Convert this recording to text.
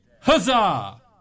Huzzah